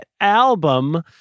album